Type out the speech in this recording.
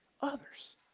others